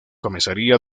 comenzaría